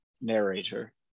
narrator